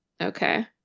Okay